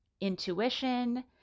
intuition